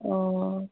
ꯑꯣ